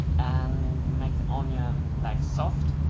and make the onion, like, soft.